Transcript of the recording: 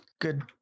good